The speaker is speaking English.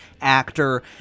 actor